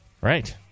Right